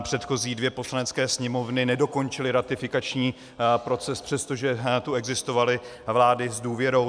Předchozí dvě Poslanecké sněmovny nedokončily ratifikační proces, přestože tu existovaly vlády s důvěrou.